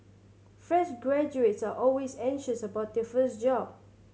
fresh graduates are always anxious about their first job